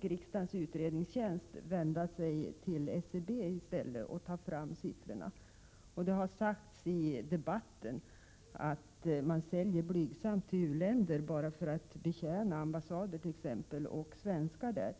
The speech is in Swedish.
Riksdagens utredningstjänst fick i stället vända sig till SCB för att få fram siffrorna. Det har sagts i debatten att man säljer blygsamt till u-länder bara för att betjäna t.ex. ambassader och svenskar som finns där.